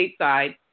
stateside